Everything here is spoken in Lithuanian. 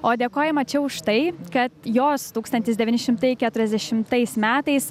o dėkojama čia už tai kad jos tūkstantis devyni šimtai keturiasdešimtais metais